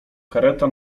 kareta